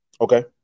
Okay